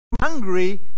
hungry